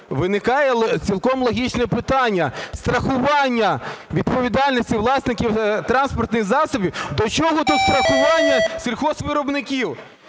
Виникає цілком логічне питання. Страхування відповідальності власників транспортних засобів, до чого тут страхування сільгоспвиробників?